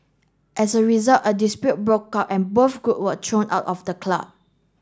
as a result a dispute broke out and both group were thrown out of the club